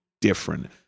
different